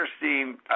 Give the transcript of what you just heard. interesting